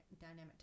dynamic